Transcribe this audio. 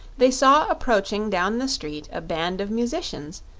they saw approaching down the street a band of musicians,